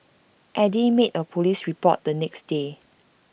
Eddy made A Police report the next day